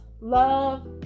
love